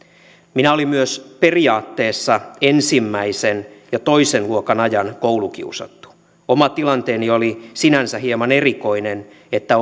minä olin myös periaatteessa ensimmäisen ja toisen luokan ajan koulukiusattu oma tilanteeni oli sinänsä hieman erikoinen että